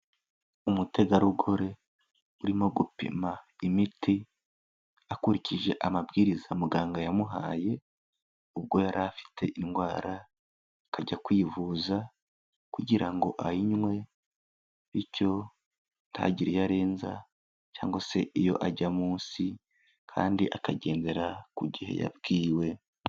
Umutegarugori urimo gupima imiti akurikije amabwiriza muganga yamuhaye ubwo yari afite indwara akajya kwivuza, kugira ngo ayinywe bityo ntagire iyo arenza, cyangwa se iyo ajya munsi kandi akagendera ku gihe yabwiwe.